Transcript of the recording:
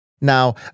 Now